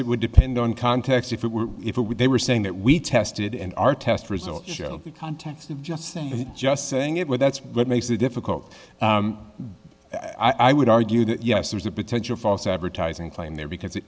it would depend on context if it were if they were saying that we tested and our test results shelf the context of just saying that just saying it well that's what makes it difficult i would argue that yes there's a potential false advertising claim there because it